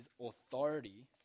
authority